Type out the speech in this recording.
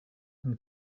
and